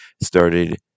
started